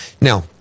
Now